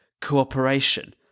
cooperation